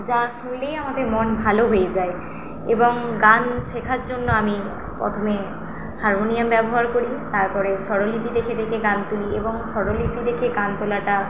যা শুনলেই আমাদের মন ভালো হয়ে যায় এবং গান শেখার জন্য আমি প্রথমে হারমোনিয়াম ব্যবহার করি এবং তারপরে স্বরলিপি দেখে দেখে গান তুলি এবং স্বরলিপি দেখে গান তোলাটা